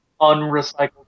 unrecycled